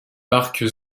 parcs